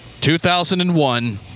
2001